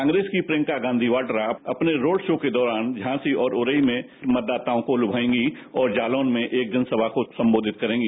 कांग्रेस की प्रियंका गांधी वाहा अपने रोड शो के दौरान झांसी और उरई में मतदाताओं को लुभाएगी और जालौन में एक जनसभा को संबोधित करेंगी